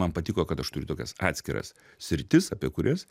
man patiko kad aš turiu tokias atskiras sritis apie kurias